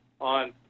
on